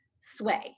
sway